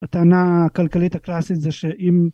הטענה הכלכלית הקלאסית זה שאם